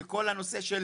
לכל הנושא של